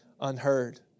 unheard